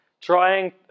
trying